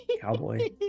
cowboy